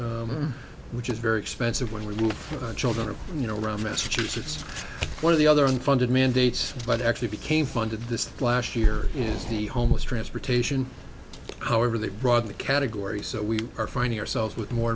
which is very expensive when we move on children and you know around massachusetts one of the other unfunded mandates but actually became funded this last year in the homeless transportation however they brought in the category so we are finding ourselves with more